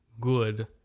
good